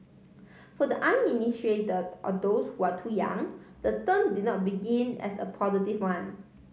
for the uninitiated or those who are too young the term did not begin as a positive one